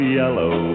yellow